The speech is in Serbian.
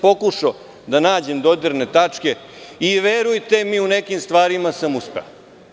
Pokušao sam da nađem dodirne tačke i verujte mi u nekim stvarima sam uspeo.